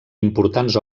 importants